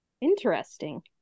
Interesting